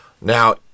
Now